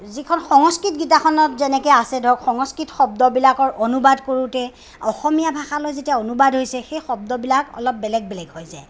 যিখন সংস্কৃত গীতাখনত যেনেকৈ আছে ধৰক সংস্কৃত শব্দবিলাকৰ অনুবাদ কৰোঁতে অসমীয়া ভাষালৈ যেতিয়া অনুবাদ হৈছে সেই শব্দবিলাক অলপ বেলেগ বেলেগ হৈ যায়